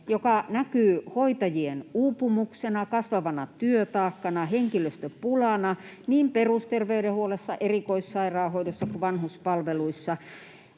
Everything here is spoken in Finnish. joka näkyy hoitajien uupumuksena, kasvavana työtaakkana, henkilöstöpulana niin perusterveydenhuollossa, erikoissairaanhoidossa kuin vanhuspalveluissa.